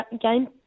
game